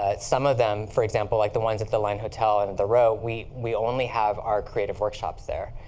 ah some of them, for example, like the ones at the line hotel and and the row, we we only have our creative workshops there.